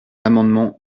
l’amendement